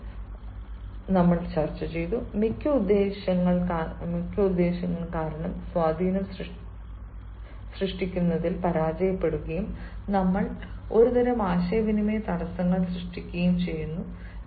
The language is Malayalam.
മികച്ച ഉദ്ദേശ്യങ്ങൾ കാരണം സ്വാധീനം സൃഷ്ടിക്കുന്നതിൽ പരാജയപ്പെടുകയും നമ്മൾ ഒരുതരം ആശയവിനിമയ തടസ്സങ്ങൾ സൃഷ്ടിക്കുകയും ചെയ്യുന്നു